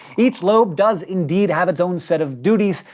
each lobe does indeed have its own set of duties,